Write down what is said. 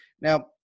Now